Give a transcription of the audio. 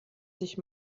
sich